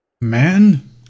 man